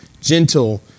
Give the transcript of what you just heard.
gentle